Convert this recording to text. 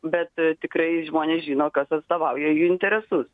bet tikrai žmonės žino kas atstovauja jų interesus